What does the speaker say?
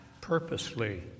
purposely